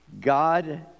God